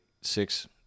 six